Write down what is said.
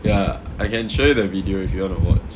ya I can show you the video if you want to watch